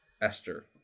Esther